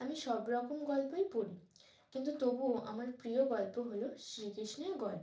আমি সব রকম গল্পই পড়ি কিন্তু তবুও আমার প্রিয় গল্প হল শ্রীকৃষ্ণের গল্প